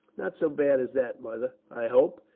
not so bad as that, mother, i hope,